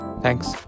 Thanks